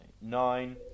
Nine